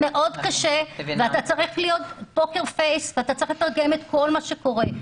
אתה צריך להיות פוקר פייס ואתה צריך לתרגם את כל מה שקורה.